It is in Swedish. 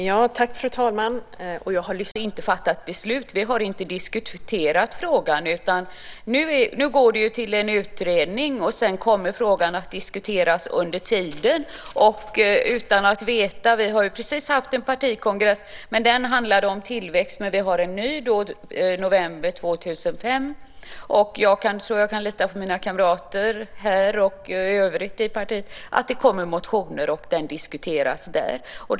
Fru talman! Vi har inte fattat beslut. Vi har inte diskuterat frågan. Nu går det till en utredning. Sedan kommer frågan att diskuteras under tiden. Vi har precis haft en partikongress, men den handlade om tillväxt. Vi har en ny kongress i november 2005. Jag tror att jag kan lita på mina kamrater här och i övrigt i partiet att det kommer motioner och att frågan kommer att diskuteras där.